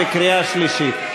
קריאה שלישית.